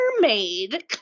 mermaid